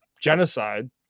genocide